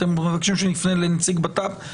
אתם מבקשים שנפנה לנציג בט"פ, בבקשה.